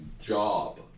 job